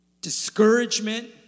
discouragement